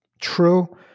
true